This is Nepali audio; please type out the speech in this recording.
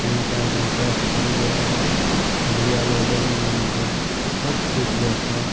काँटा चाहिन्छ फरुवा है फरुवाले ड्याङ बनाउँछ सबकुछ गर्छ